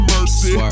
Mercy